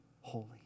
Holy